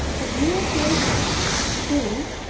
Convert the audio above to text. but years later at school,